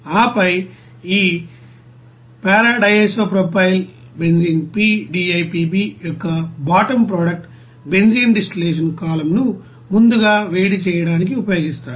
ఆపై ఈ p DIPB యొక్క బాటమ్ ప్రోడక్ట్ బెంజీన్ డిస్టిల్లషన్కాలమ్ను ముందుగా వేడి చేయడానికి ఉపయోగిస్తారు